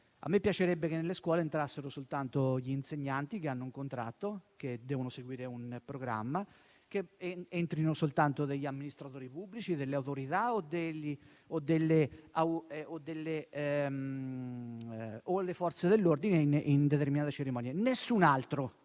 A me piacerebbe che nelle scuole entrassero soltanto gli insegnanti che hanno un contratto, che devono seguire un programma; vorrei che entrassero soltanto amministratori pubblici, autorità o le Forze dell'ordine in determinate cerimonie. Nessun altro,